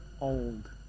old